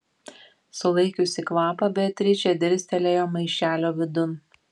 sulaikiusi kvapą beatričė dirstelėjo maišelio vidun